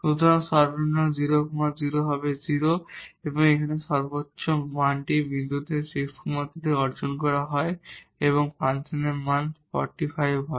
সুতরাং মিনিমা 00 হবে 0 এবং এখানে ম্যাক্সিমা মানটি বিন্দুতে 6 3 অর্জন করা হয় এবং ফাংশনের মান 45 হয়